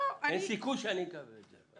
אין סיכוי שאקבל את זה.